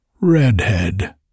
Redhead